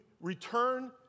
return